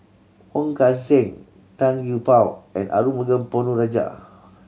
Wong Kan Seng Tan Gee Paw and Arumugam Ponnu Rajah